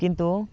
କିନ୍ତୁ